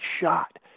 shot